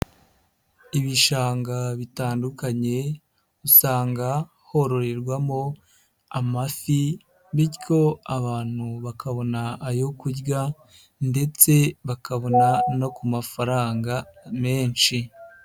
Ibishanga bitandukanye usanga hororerwamo amafi bityo abantu bakabona ayo kurya ndetse bakabona no ku mafaranga menshi.